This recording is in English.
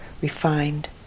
refined